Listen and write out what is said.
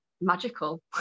magical